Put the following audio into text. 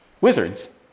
Wizards